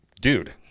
dude